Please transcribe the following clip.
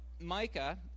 Micah